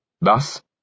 Thus